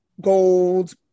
gold